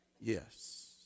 Yes